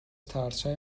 ترسهای